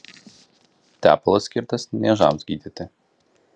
tepalas skirtas niežams gydyti